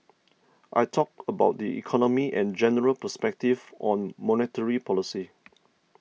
I talked about the economy and general perspectives on monetary policy